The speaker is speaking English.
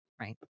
right